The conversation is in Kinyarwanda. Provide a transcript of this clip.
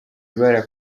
ibara